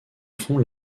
font